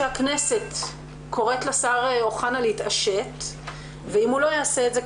שהכנסת צריכה להתעשת - ואם הוא לא יעשה את זה,